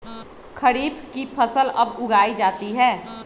खरीफ की फसल कब उगाई जाती है?